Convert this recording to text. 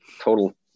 total